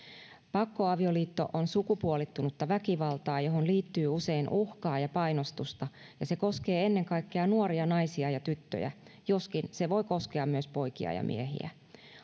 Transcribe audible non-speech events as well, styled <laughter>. pakkoavioliitto on sukupuolittunutta väkivaltaa johon liittyy usein uhkaa ja painostusta <unintelligible> ja se koskee ennen kaikkea nuoria naisia ja tyttöjä joskin se voi koskea myös poikia ja miehiä